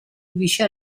vice